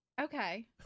Okay